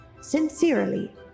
Sincerely